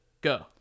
Go